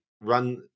run